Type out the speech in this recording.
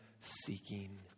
seeking